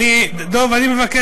ואני, אני, דב, אני מבקש.